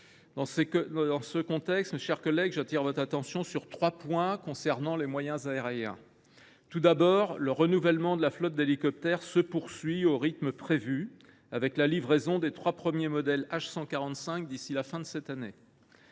Dans ce contexte, mes chers collègues, j’attire votre attention sur trois points concernant les moyens aériens. Tout d’abord, le renouvellement de la flotte d’hélicoptères se poursuit au rythme prévu, avec la livraison des trois premiers modèles H145 d’ici à la fin de cette année.